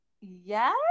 Yes